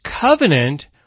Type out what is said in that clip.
covenant